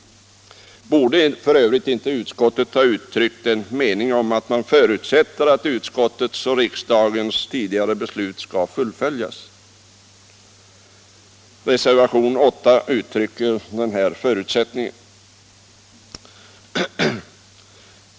Borde f. ö. inte utskottet ha uttryckt en mening om att man förutsätter att utskottets och riksdagens tidigare beslut skall fullföljas? Reservationen 8 uttrycker denna förutsättning.